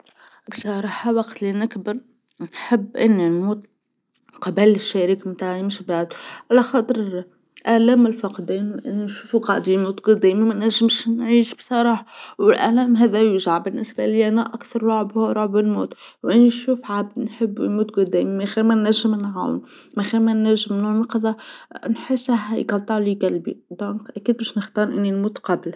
بصراحه وقت اللي نكبر نحب أني نموت قبل الشريك متاعي مش بعدو، علاخاطر ألم الفقدان ما نجمش نعيشو بصراحه، والألم هذا يوجع بالنسبه ليا أنا أكثر رعب هو رعب الموت وأني نشوف عبد نحبو يموت قدامي من غير ما نجم نعاونو من غير ما نجم ننقذو نحس رح يقطعلي قلبي إذن أكيد باش نختار أني نموت قبله.